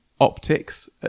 optics